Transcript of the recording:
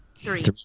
three